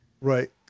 Right